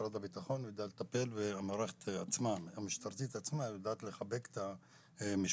משרד הביטחון יודע לטפל והמערכת המשטרתית עצמה יודעת לחבק את המשפחות.